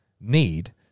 need